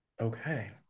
Okay